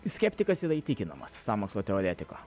skeptikas yra įtikinamas sąmokslo teoretiko